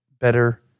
better